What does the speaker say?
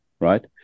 right